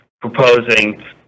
proposing